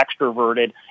extroverted